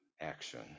action